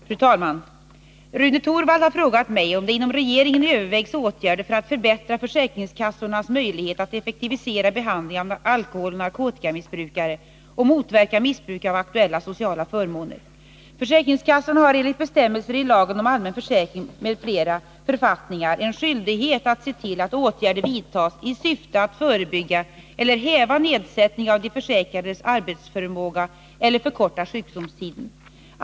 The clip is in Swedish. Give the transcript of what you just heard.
Fru talman! Rune Torwald har frågat mig om det inom regeringen övervägs åtgärder för att förbättra försäkringskassornas möjlighet att effektivisera behandling av alkoholoch narkotikamissbrukare och motverka missbruk av aktuella sociala förmåner. Försäkringskassorna har enligt bestämmelser i lagen om allmän försäkring m.fl. författningar en skyldighet att se till att åtgärder vidtas i syfte att förebygga eller häva nedsättning av de försäkrades arbetsförmåga eller förkorta sjukdomstiden.